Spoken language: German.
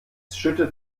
schüttet